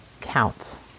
Counts